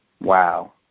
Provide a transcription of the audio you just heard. Wow